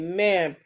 Amen